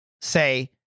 Say